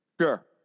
Sure